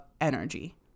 energy